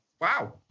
Wow